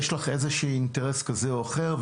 יש לך איזשהו אינטרס כזה או אחר,